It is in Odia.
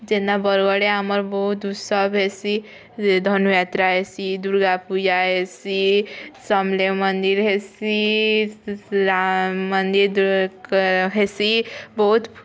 ଯେନ୍ତା ବରଗଡ଼ରେ ଆମର୍ ବୋହୁତ୍ ଉତ୍ସବ୍ ହେସିଁ ଧନୁଯାତ୍ରା ହେସିଁ ଦୁର୍ଗାପୂଜା ହେସିଁ ସମଲେଇ ମନ୍ଦିର୍ ହେସିଁ ଶ୍ରୀ ରାମ୍ ମନ୍ଦିର୍ ହେସିଁ ବୋହୁତ୍